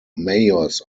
mayors